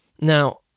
Now